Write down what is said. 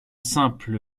simple